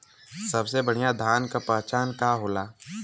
सबसे बढ़ियां धान का पहचान का होला?